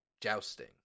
Jousting